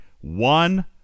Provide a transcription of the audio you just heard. One